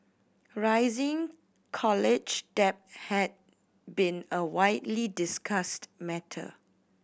rising college debt has been a widely discussed matter